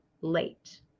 late